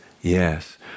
Yes